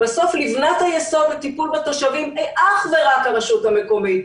בסוף לבנת היסוד בטיפול בתושבים היא אך ורק הרשות המקומית.